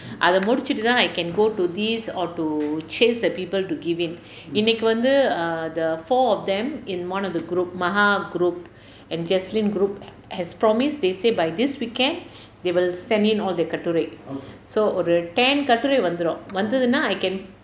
அது முடிச்சுட்டு தான்:athu mudichuttu thaan I can go to these or to chase the people to give it இன்னைக்கு வந்து:innaikku vanthu err the four of them in one of the group maha group and jasmine group has promised they say by this weekend they will send in all the கட்டுரை:katurai so ஒரு:oru ten கட்டுரை வந்துரும் வந்ததுன்னா:katurai vanthurum vanthathunnaa I can